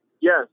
yes